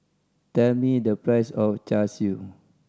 tell me the price of Char Siu